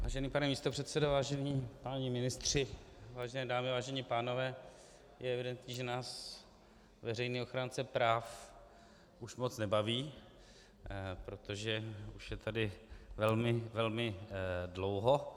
Vážený pane místopředsedo, vážení páni ministři, vážené dámy, vážení pánové, je evidentní, že nás veřejný ochránce práv už moc nebaví, protože už je tady velmi, velmi dlouho.